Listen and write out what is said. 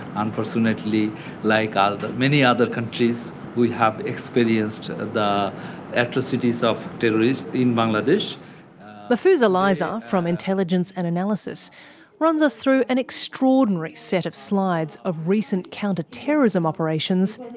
unfortunately like ah many other countries we have experienced the atrocities of terrorist in bangladesh mahfuza liza from intelligence and analysis runs us through an extraordinary set of slides of recent counter-terrorism operations,